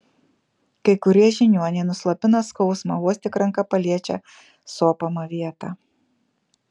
kai kurie žiniuoniai nuslopina skausmą vos tik ranka paliečia sopamą vietą